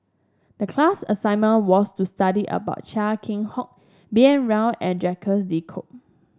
the class assignment was to study about Chia Keng Hock B N Rao and Jacques De Coutre